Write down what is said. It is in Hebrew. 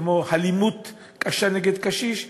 כמו אלימות קשה נגד קשיש,